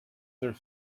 there